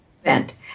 event